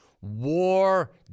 War